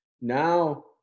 now